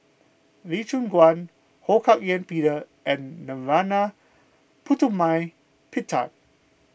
Lee Choon Guan Ho Hak Ean Peter and Narana Putumaippittan